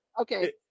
Okay